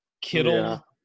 Kittle